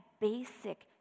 basic